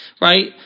Right